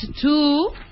two